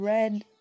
Red